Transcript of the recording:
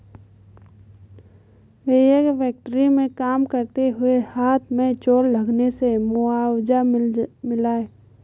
भैया के फैक्ट्री में काम करते हुए हाथ में चोट लगने से मुआवजा मिला हैं